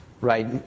Right